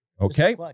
Okay